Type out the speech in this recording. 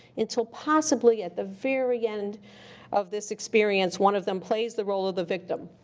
until possibly at the very end of this experience one of them plays the role of the victim,